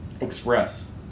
Express